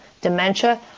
dementia